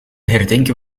herdenken